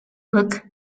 look